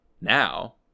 now